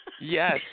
Yes